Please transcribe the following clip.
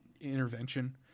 intervention